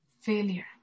Failure